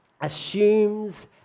assumes